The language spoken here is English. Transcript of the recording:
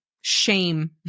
shame